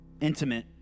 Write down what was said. intimate